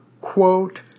quote